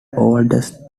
oldest